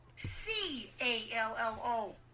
C-A-L-L-O